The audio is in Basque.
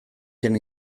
zien